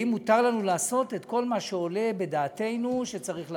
האם מותר לנו לעשות כל מה שעולה בדעתנו שצריך לעשות?